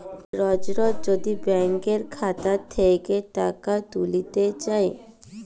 রজ রজ যদি ব্যাংকের খাতা থ্যাইকে টাকা ত্যুইলতে চায়